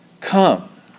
come